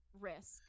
risk